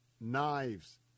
Knives